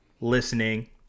listening